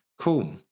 Cool